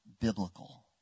biblical